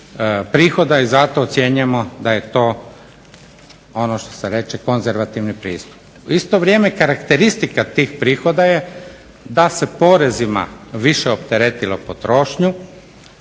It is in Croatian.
prihoda i zato ocjenjujemo da je to ono što se reče konzervativni pristup. U isto vrijeme karakteristika tih prihoda je da se porezima više opteretilo potrošnju